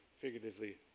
figuratively